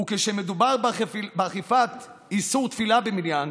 וכשמדובר באכיפת איסור תפילה במניין